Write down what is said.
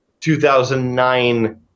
2009